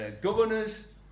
governors